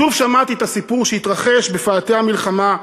שוב שמעתי את הסיפור שהתרחש בפאתי המלחמה,